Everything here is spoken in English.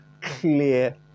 clear